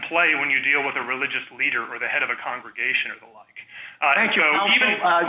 play when you deal with a religious leader or the head of a congregation or the like even